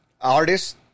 artists